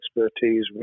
expertise